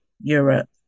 Europe